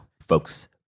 folks